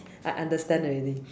I understand already